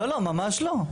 ממש לא.